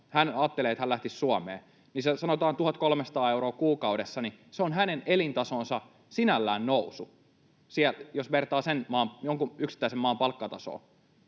hän ajattelee, että hän lähtisi Suomeen, ja sanotaan, että olisi 1 300 euroa kuukaudessa, niin se on sinällään hänen elintasonsa nousu, jos vertaa sen maan, jonkun yksittäisen maan, palkkatasoon.